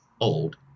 old